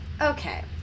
Okay